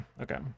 okay